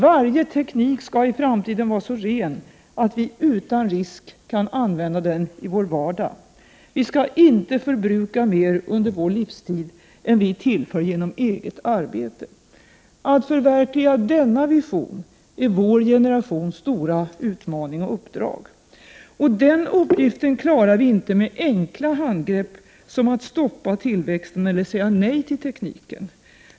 Varje teknik skall i framtiden vara så ren att vi utan risk kan använda den i vår vardag. Vi skallinte förbruka mer under vår livstid än vi tillför genom eget arbete. Att förverkliga denna vision är vår generations stora utmaning och uppdrag. Den uppgiften klarar vi inte med enkla handgrepp som att stoppa tillväxten eller att säga nej till tekniken.